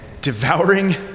devouring